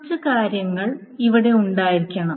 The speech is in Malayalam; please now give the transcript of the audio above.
കുറച്ച് കാര്യങ്ങൾ അവിടെ ഉണ്ടായിരിക്കണം